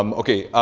um okay,